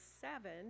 seven